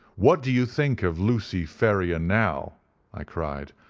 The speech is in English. what do you think of lucy ferrier now i cried,